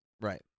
right